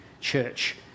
church